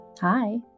Hi